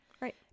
Right